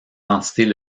entités